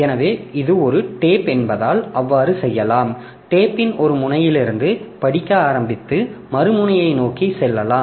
எனவே இது ஒரு டேப் என்பதால் அவ்வாறு செய்யலாம் டேப்பின் ஒரு முனையிலிருந்து படிக்க ஆரம்பித்து மறு முனையை நோக்கி செல்லலாம்